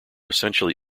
essentially